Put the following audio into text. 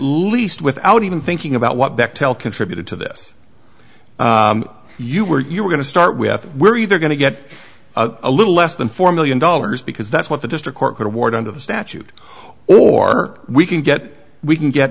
least without even thinking about what bechtel contributed to this you were you are going to start with we're either going to get a little less than four million dollars because that's what the district court could award under the statute or we can get we can get